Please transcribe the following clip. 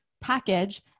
package